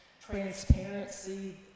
transparency